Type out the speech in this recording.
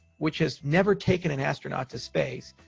which has never taken an astronaut to space.